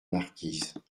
marquises